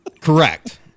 correct